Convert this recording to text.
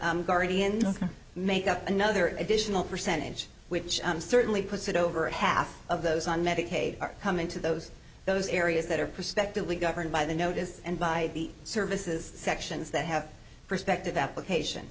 guardian make up another additional percentage which certainly puts it over half of those on medicaid are coming to those those areas that are respectively governed by the notice and by the services sections that have perspective application